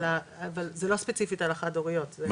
אבל זה לא ספציפית על החד-הוריות,